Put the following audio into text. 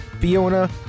Fiona